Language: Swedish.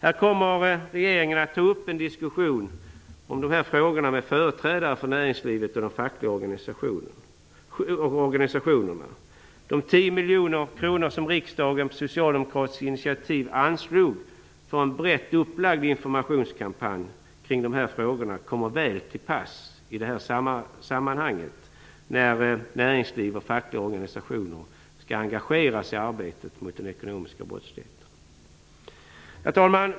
Här kommer regeringen att ta upp en diskussion om dessa frågor med företrädare för näringslivet och de fackliga organisationerna. De 10 miljoner kronor som riksdagen på socialdemokratisk initiativ anslog för en brett upplagd informationskampanj kring de här frågorna kommer väl till pass i detta sammanhang, när näringsliv och fackliga organisationer skall engageras i arbetet mot den ekonomiska brottsligheten. Herr talman!